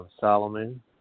Solomon